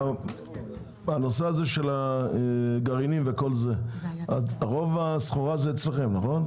הנושא של הגרעינים, רוב הסחורה זה אצלכם, נכון?